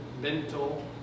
mental